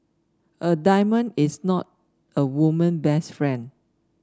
a diamond is not a woman best friend